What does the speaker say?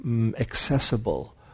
accessible